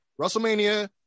WrestleMania